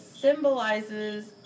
symbolizes